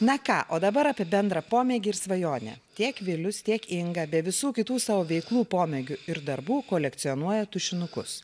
na ką o dabar apie bendrą pomėgį ir svajonę tiek vilius tiek inga be visų kitų savo veiklų pomėgių ir darbų kolekcionuoja tušinukus